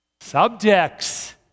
Subjects